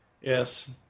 Yes